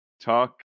Talk